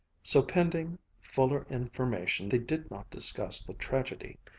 so pending fuller information, they did not discuss the tragedy.